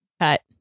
cut